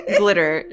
glitter